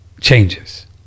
changes